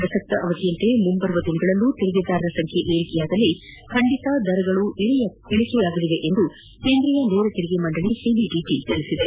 ಪ್ರಸಕ್ತ ಅವಧಿಯಂತೆ ಮುಂದಿನ ದಿನಗಳಲ್ಲೂ ತೆರಿಗೆದಾರರ ಸಂಖ್ಯೆ ಏರಿಕೆಯಾದರೆ ಖಂಡಿತ ದರಗಳು ಇಳಿಕೆಯಾಗಲಿವೆ ಎಂದು ಕೇಂದ್ರೀಯ ನೇರ ತೆರಿಗೆ ಮಂಡಳಿ ಸಿಬಿಡಿಟಿ ತಿಳಿಸಿದೆ